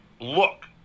look